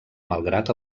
malgrat